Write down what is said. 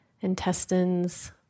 intestines